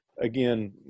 again